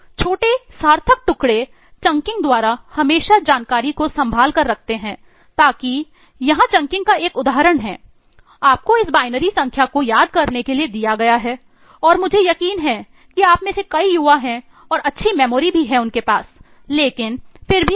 छोटे सार्थक टुकड़े चंकिंग संख्या के रूप में माना